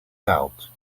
out